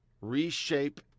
Reshape